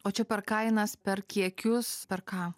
o čia per kainas per kiekius per ką